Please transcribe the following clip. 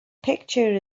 picture